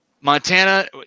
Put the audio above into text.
Montana